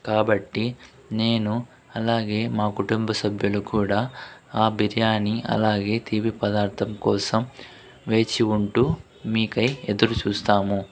కాబట్టి నేను అలాగే మా కుటుంబ సభ్యులు కూడా ఆ బిర్యాని అలాగే తీపి పదార్థం కోసం వేచి ఉంటూ మీకై ఎదురు చూస్తాము